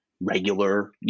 regular